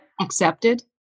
Accepted